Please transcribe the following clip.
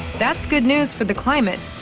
that's good news for the climate,